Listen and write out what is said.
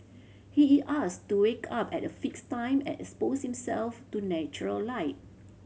he is asked to wake up at a fixed time and expose himself to natural light